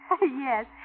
Yes